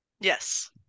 Yes